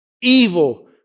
evil